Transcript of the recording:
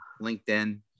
LinkedIn